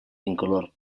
incolor